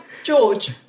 George